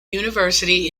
university